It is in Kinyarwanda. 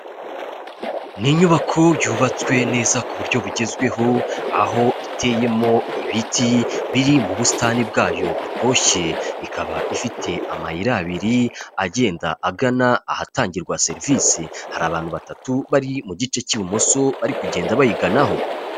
Ni inyubako yubatswe neza ku buryo bugezweho, aho iteyemo ibiti biri mu busitani bwayo butoshyeye, ikaba ifite amayira abiri agenda agana ahatangirwa serivisi, hari abantu batatu bari mu gice cy'ibumoso bari kugenda bayiganaho.